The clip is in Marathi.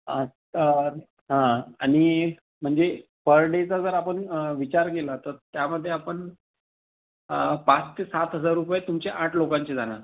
आता हां आणि म्हणजे पर डेचा जर आपण विचार केला तर त्यामध्ये आपण पाच ते सात हजार रुपये तुमचे आठ लोकांचे जाणार